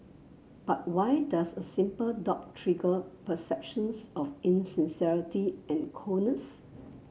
but why does a simple dot trigger perceptions of insincerity and coldness